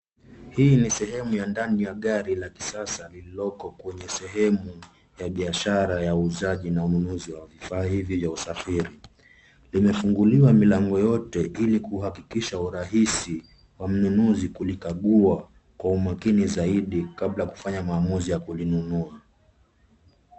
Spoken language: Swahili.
Hii ni sehemu ya ndani ya gari la kisasa lililoko kwenye sehemu ya biashara ya uuzaji na ununuzi wa vifaa hivi vya usafiri. Limefunguliwa milango yote ili kuhakikisha uharisi wa mnunuzi kulikagua kwa umakini zaidi, kabla ya kufanya maamuzi ya kulinunua.